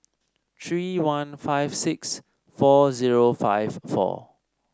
three one five six four zero five four